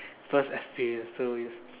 first experience so it's